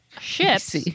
Ships